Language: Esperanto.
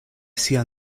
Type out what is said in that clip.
sia